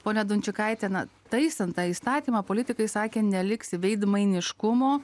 ponia dunčikait na taisant tą įstatymą politikai sakė neliks veidmainiškumo